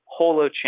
Holochain